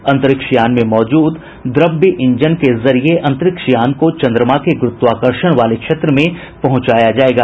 अंतरिक्ष यान में मौजूद द्रव्य इंजन के जरिए अंतरिक्ष यान को चंद्रमा के गुरुत्वाकर्षण वाले क्षेत्र में पहुंचाया जाएगा